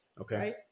Okay